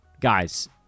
guys